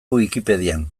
wikipedian